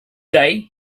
day